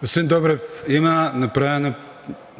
Господин Добрев, има